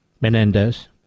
Menendez